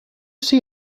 see